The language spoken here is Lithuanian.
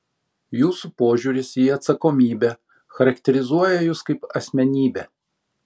jūsų požiūris į atsakomybę charakterizuoja jus kaip asmenybę